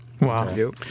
Wow